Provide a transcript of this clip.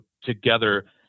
together